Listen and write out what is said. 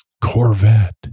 Corvette